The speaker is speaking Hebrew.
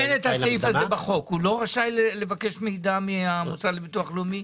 אין את הסעיף הזה בחוק הוא לא רשאי לבקש מידע מהמוסד לביטוח לאומי?